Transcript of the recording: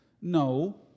no